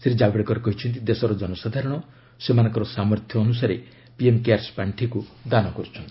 ଶ୍ରୀ ଜାବଡେକର କହିଛନ୍ତି ଦେଶର ଜନସାଧାରଣ ସେମାନଙ୍କ ସାମର୍ଥ୍ୟ ଅନୁସାରେ ପିଏମ୍ କେୟାର୍ସ ପାର୍ଷିକୁ ଦାନ କରୁଛନ୍ତି